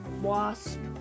wasp